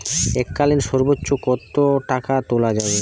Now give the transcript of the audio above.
এককালীন সর্বোচ্চ কত টাকা তোলা যাবে?